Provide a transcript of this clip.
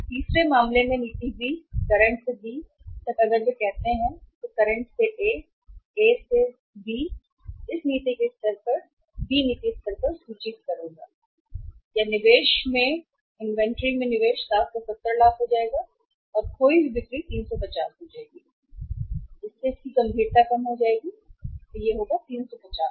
फिर तीसरे मामले में नीति बी कि वर्तमान से बी तक अगर वे कहते हैं कि वर्तमान से ए ए से टू B इस नीति के स्तर पर B नीति स्तर पर सूची स्तर होगा या निवेश में इन्वेंट्री 770 लाख हो जाएगी और खोई हुई बिक्री 350 हो जाएगी गंभीरता से कम हो जाएगी 350 लाख